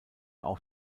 auch